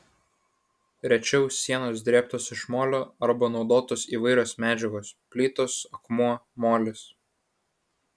rečiau sienos drėbtos iš molio arba naudotos įvairios medžiagos plytos akmuo molis